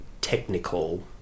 technical